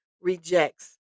rejects